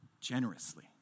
generously